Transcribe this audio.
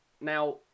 Now